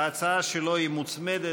ההצעה שלו היא מוצמדת,